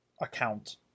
account